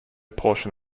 portion